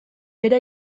bere